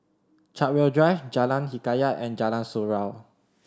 Chartwell Drive Jalan Hikayat and Jalan Surau